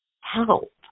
help